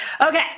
Okay